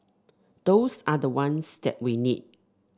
those are the ones that we need